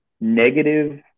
negative